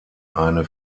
eine